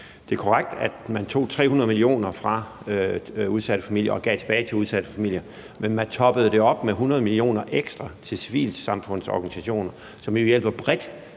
Det er korrekt, at man tog 300 mio. kr. fra udsatte familier og gav tilbage til udsatte familier, men jeg vil gerne minde om, at man toppede det op med 100 mio. kr. ekstra til civilsamfundsorganisationer – så det virkede bredt